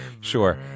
Sure